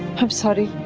i'm sorry.